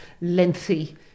lengthy